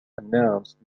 announced